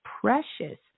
precious